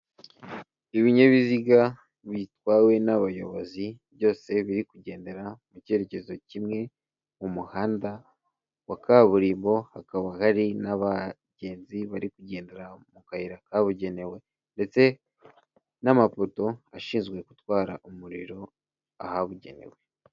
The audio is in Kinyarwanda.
Ibinyabiziga bitwawe n'abayobozi byose biri kugendera mu cyerekezo kimwe mu muhanda wa kaburimbo, hakaba hari n'abagenzi bari kugendera mu kayira kabugenewe ndetse n'amapoto ashinzwe gutwara umuriro ahabugenewe.